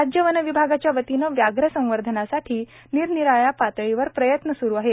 राज्य वन विभागाच्या वतीने व्याघ्र संवर्धनासाठी निरनिराळ्या पातळीवर प्रयत्न सुरु आहेत